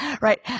Right